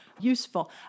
Useful